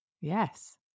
yes